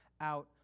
out